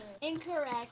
Incorrect